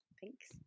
thanks